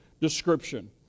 description